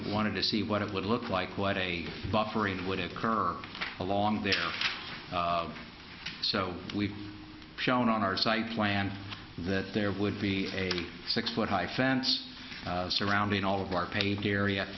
wanted to see what it would look like what a buffer and would occur along there so we've shown on our site plan that there would be a six foot high fence surrounding all of our paved area